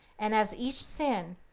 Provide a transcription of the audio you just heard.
and as each sin,